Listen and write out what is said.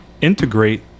integrate